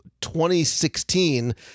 2016